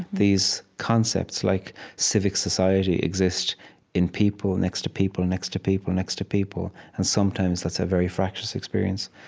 these concepts, like civic society, exist in people, next to people, next to people, next to people and sometimes that's a very fractious experience.